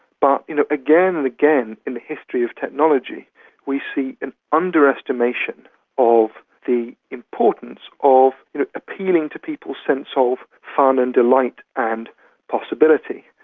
but you know again and again in the history of technology we see an underestimation of the importance of you know appealing to people's sense of fun and delight and possibility.